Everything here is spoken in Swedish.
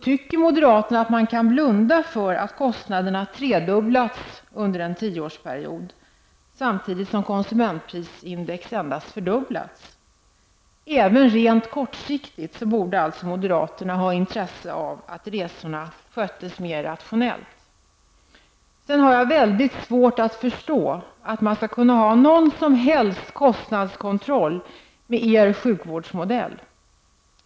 Tycker moderaterna att man kan blunda för att kostnaderna tredubblats under en tioårsperiod -- samtidigt som konsumentprisindex endast fördubblats? Även rent kortsiktigt borde alltså moderaterna ha intresse av att resorna sköttes mer rationellt. Sedan har jag väldigt svårt att förstå att man skall kunna ha någon som helst kostnadskontroll med moderaternas sjukvårdsmodell.